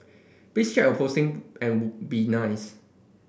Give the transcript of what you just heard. please check your posting and be nice